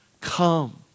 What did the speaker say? Come